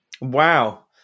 Wow